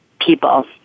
people